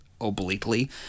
obliquely